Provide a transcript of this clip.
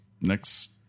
Next